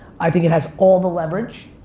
i think it has all the leverage.